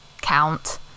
count